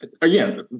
again